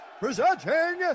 presenting